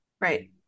Right